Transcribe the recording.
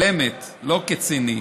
על אמת, לא כציני.